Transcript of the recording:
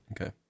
Okay